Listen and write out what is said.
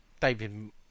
David